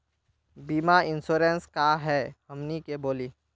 बीमा इंश्योरेंस का है हमनी के बोली?